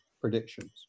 predictions